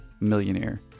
Millionaire